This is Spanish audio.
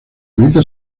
meta